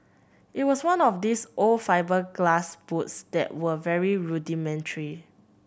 it was one of these old fibreglass boats that were very rudimentary